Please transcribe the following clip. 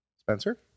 Spencer